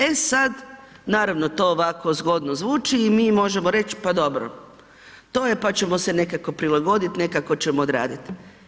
E sad, naravno, to ovako zgodno zvuči i mi možemo reći pa dobro, to je pa ćemo se nekako prilagoditi, nekako ćemo odraditi.